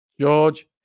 George